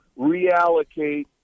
reallocate